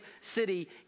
city